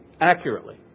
accurately